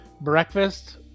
breakfast